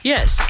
Yes